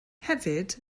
hefyd